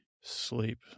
sleep